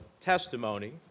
testimony